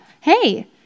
Hey